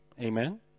amen